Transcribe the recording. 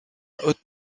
haute